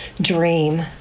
dream